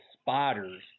spiders